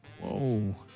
Whoa